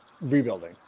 rebuilding